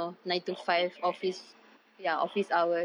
duduk office right ya a'ah